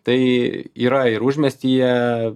tai yra ir užmiestyje